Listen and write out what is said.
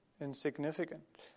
insignificant